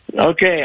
Okay